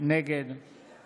נגד